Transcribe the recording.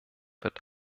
wird